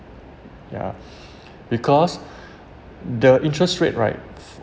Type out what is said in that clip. yeah because the interest rate right